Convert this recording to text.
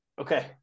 Okay